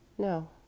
no